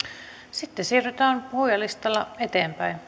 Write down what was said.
sitten siirrytään puhujalistalla eteenpäin